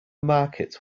market